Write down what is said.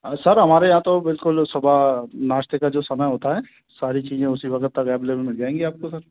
sir हमारे यहाँ तो बिल्कुल सुबह नाश्ते का जो समय होता है सारी चीज़ें उसी वक्त अवैलबल मिल जाएँगी आपको सर